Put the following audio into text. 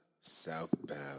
Southbound